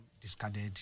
discarded